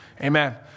Amen